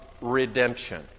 redemption